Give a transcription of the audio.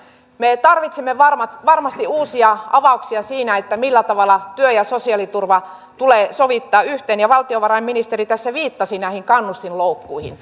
me tarvitsemme varmasti uusia avauksia siinä millä tavalla työ ja sosiaaliturva tulee sovittaa yhteen ja valtiovarainministeri tässä viittasi näihin kannustinloukkuihin